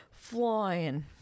flying